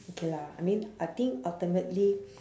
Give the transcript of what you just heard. okay lah I mean I think ultimately